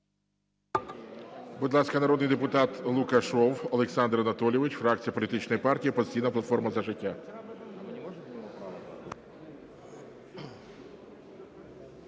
Будь ласка, народний депутат Лукашев Олександр Анатолійович, фракція політичної партії "Опозиційна платформа – За життя".